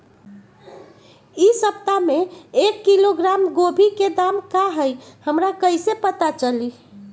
इ सप्ताह में एक किलोग्राम गोभी के दाम का हई हमरा कईसे पता चली?